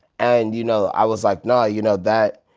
and you know i was like, no you know that.